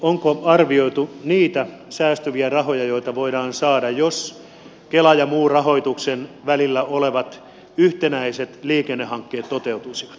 onko arvioitu niitä säästyviä rahoja joita voidaan saada jos kelan ja muun rahoituksen piirissä olevat yhteiset liikennehankkeet toteutuisivat